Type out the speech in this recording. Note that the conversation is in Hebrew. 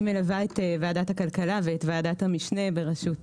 אני מלווה את ועדת הכלכלה ואת ועדת המשנה בראשות